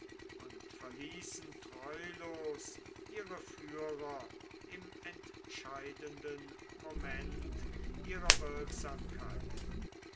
und verließen treulos ihre führer im entscheidenden moment ihrer wirksamkeit